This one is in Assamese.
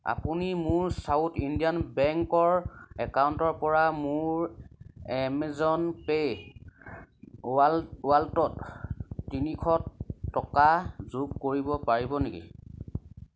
আপুনি মোৰ চাউথ ইণ্ডিয়ান বেংকৰ একাউণ্টৰপৰা মোৰ এমেজন পে'ৰ ৱালেটত তিনিশ টকা যোগ কৰিব পাৰিব নেকি